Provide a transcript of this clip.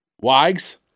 Wags